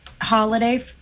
holiday